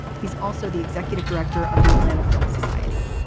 he's also the executive director of the atlanta film society.